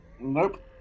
Nope